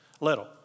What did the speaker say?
Little